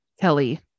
Kelly